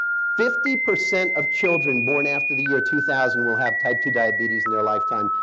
fifty percent of children born after the year two thousand will have type two diabetes in their lifetime.